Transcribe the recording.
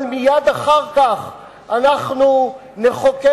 אבל מייד אחר כך אנחנו נחוקק,